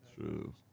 True